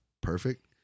perfect